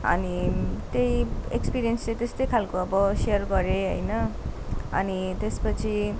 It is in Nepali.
अनि त्यही एक्सपिरियन्स चाहिँ त्यस्तै खालको अब सेयर गरेँ होइन अनि त्यसपछि